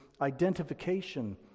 identification